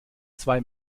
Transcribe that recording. zwei